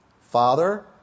Father